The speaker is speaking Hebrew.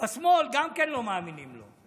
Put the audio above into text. בשמאל גם לא מאמינים לו.